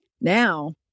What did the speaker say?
Now